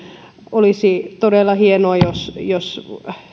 olisi todella hienoa jos jos